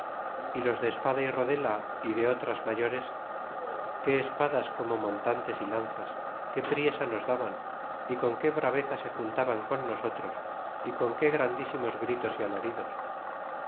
y los de espada y rodela y de otras mayores qué espadas como montantes y lanzas qué priesa nos daban y con qué brabeza se juntaban con nosotros y con qué grandísimos gritos y alaridos